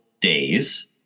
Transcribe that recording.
days